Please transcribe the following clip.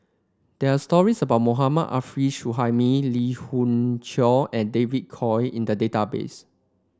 there are stories about Mohammad Arif Suhaimi Lee Khoon Choy and David Kwo in the database